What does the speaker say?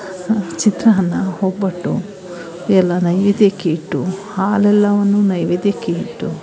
ಚಿತ್ರಾನ್ನ ಒಬ್ಬಟ್ಟು ಎಲ್ಲ ನೈವೇದ್ಯಕ್ಕೆ ಇಟ್ಟು ಹಾಲೆಲ್ಲವನ್ನು ನೈವೇದ್ಯಕ್ಕೆ ಇಟ್ಟು